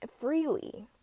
freely